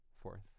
fourth